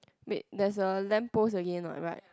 wait there's a lamp post again what right